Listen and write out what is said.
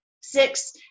six